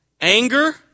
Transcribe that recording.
anger